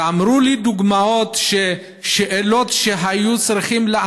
והם נתנו לי דוגמאות של שאלות שהם היו צריכים עליהן